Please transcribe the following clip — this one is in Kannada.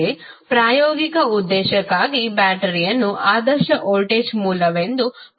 ಆದರೆ ಪ್ರಾಯೋಗಿಕ ಉದ್ದೇಶಕ್ಕಾಗಿ ಬ್ಯಾಟರಿಯನ್ನು ಆದರ್ಶ ವೋಲ್ಟೇಜ್ ಮೂಲವೆಂದುideal voltage source